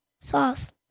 sauce